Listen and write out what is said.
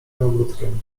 ogródkiem